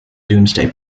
domesday